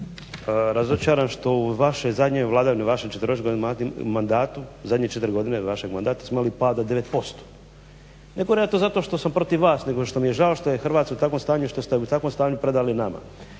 razočaran što u vašoj zadnjoj vladavini, vašem četverogodišnjem mandatu, zadnje četiri godine vašeg mandata smo imali pad od 9%. Ne govorim ja to zato što sam protiv vas, nego što mi je žao što je Hrvatska u takvom stanju i što ste je u takvom stanju predali nama.